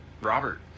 Robert